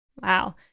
Wow